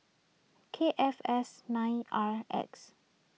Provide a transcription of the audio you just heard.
K F S nine R X